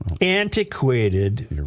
antiquated